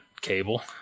cable